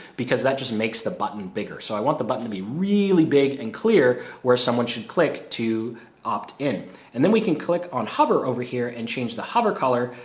because that just makes the button bigger. so i want the button to be really big and clear where someone should click to opt-in. and then we can click on hover over here and change the hover color.